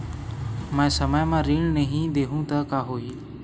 मैं समय म ऋण नहीं देहु त का होही